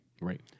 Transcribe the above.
Right